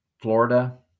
Florida